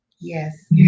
Yes